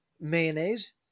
mayonnaise